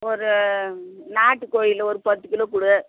ஒரு நாட்டுக் கோழியில ஒரு பத்து கிலோ கொடு